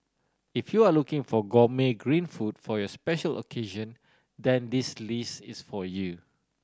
if you are looking for gourmet green food for your special occasion then this list is for you